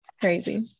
Crazy